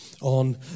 on